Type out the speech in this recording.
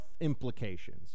implications